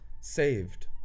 saved